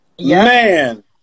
man